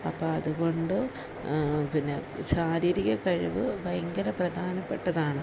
അപ്പോള് അതുകൊണ്ട് പിന്നെ ശാരീരിക കഴിവു ഭയങ്കര പ്രധാനപ്പെട്ടതാണ്